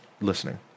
listening